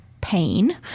Pain